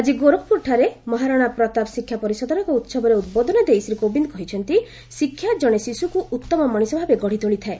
ଆକି ଗୋରଖପୁରଠାରେ ମହାରଣା ପ୍ରତାପ ଶିକ୍ଷା ପରିଷଦର ଏକ ଉହବରେ ଉଦ୍ବୋଧନ ଦେଇ ଶ୍ରୀ କୋବିନ୍ଦ କହିଛନ୍ତି ଶିକ୍ଷା ଜଣେ ଶିଶୁକୁ ଉତ୍ତମ ମଣିଷ ଭାବେ ଗଢ଼ିତୋଳିଥାଏ